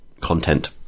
content